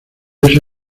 eso